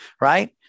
Right